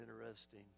interesting